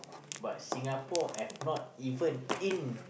but Singapore have not even in